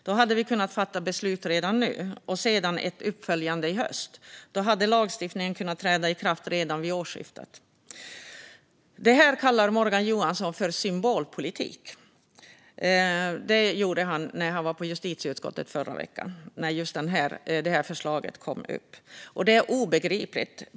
Då hade vi kunnat fatta ett beslut redan nu och ett uppföljande beslut i höst. Då hade lagstiftningen kunnat träda i kraft redan vid årsskiftet. Det här kallar Morgan Johansson symbolpolitik. Det gjorde han när han var i justitieutskottet förra veckan och just det här förslaget kom upp. Det är obegripligt.